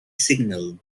signal